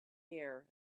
air